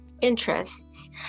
interests